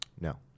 No